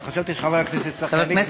חשבתי שחבר הכנסת צחי הנגבי,